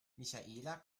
michaela